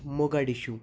Moga ڈشو